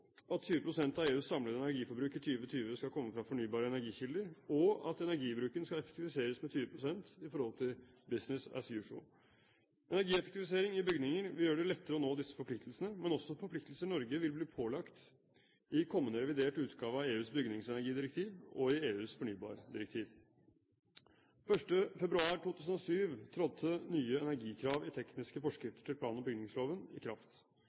20 pst. av EUs samlede energiforbruk i 2020 skal komme fra fornybare energikilder, og at energibruken skal effektiviseres med 20 pst. i forhold til «business as usual». Energieffektivisering i bygninger vil gjøre det lettere å oppfylle disse forpliktelsene, men også forpliktelser Norge vil bli pålagt i kommende revidert utgave av EUs bygningsenergidirektiv og i EUs fornybardirektiv. 1. februar 2007 trådte nye energikrav i tekniske forskrifter til plan- og bygningsloven i kraft.